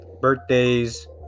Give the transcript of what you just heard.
Birthdays